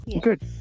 Good